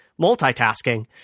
multitasking